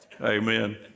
Amen